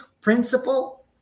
principle